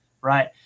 right